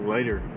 Later